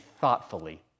thoughtfully